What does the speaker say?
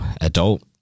adult